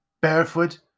Barefoot